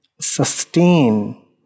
sustain